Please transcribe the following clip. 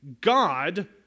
God